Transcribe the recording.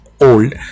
old